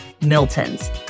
Milton's